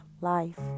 life